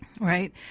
right